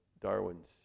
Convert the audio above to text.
Darwin's